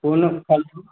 कोनो फल फूल